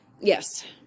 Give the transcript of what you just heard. Yes